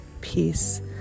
peace